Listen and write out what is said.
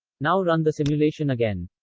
now run the simulation again.